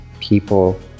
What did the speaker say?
people